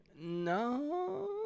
No